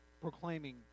proclaiming